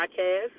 podcast